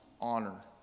honor